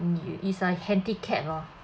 mm is like handicapped ah